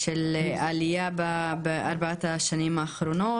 לעלייה בארבעת השנים האחרונות.